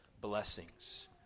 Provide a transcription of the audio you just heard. blessings